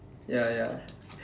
ya ya